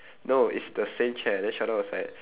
no it's the same chair then sheldon was like